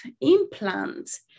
implants